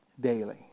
daily